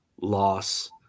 loss